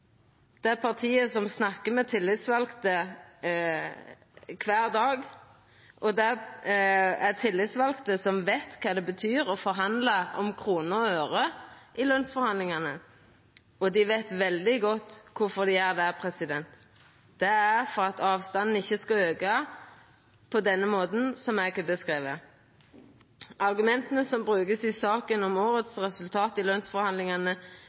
det partiet som snakkar med tillitsvalde kvar dag. Det er tillitsvalde som veit kva det betyr å forhandla om kroner og øre i lønsforhandlingane, og dei veit veldig godt kvifor dei gjer det. Det er for at avstanden ikkje skal auka på den måten som eg har beskrive. Argumenta som vert brukte i saka om årets resultat i